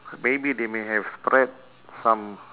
maybe they may have spread some